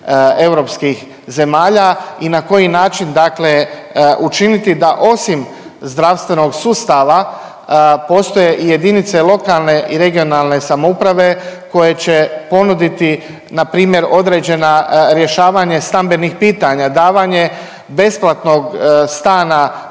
europskih zemalja i na koji način dakle učiniti da osim zdravstvenog sustava postoje i jedinice lokalne i regionalne samouprave koje će ponuditi npr. određena, rješavanje stambenih pitanja, davanje besplatnog stana